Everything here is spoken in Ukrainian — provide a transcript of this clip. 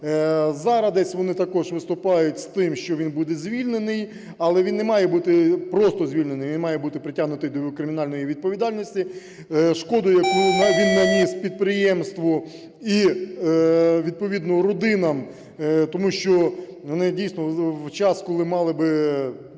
Зараз вони також виступають з тим, що він буде звільнений. Але він не має бути просто звільнений, він має бути притягнутий до кримінальної відповідальності. Шкоду, яку він наніс підприємству і відповідно родинам, тому що вони дійсно в час, коли мали би